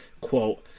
quote